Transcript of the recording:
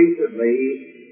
Recently